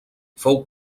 fou